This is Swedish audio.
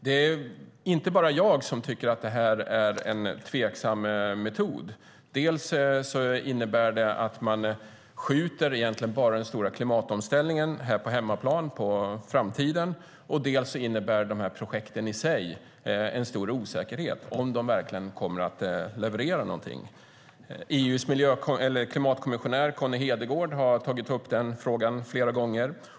Det är inte bara jag som tycker att det här är en tveksam metod. Dels innebär det egentligen bara att man skjuter den stora klimatomställningen här på hemmaplan på framtiden, dels innebär det en stor osäkerhet om de här projekten i sig verkligen kommer att leverera någonting. EU:s klimatkommissionär Connie Hedegaard har tagit upp frågan flera gånger.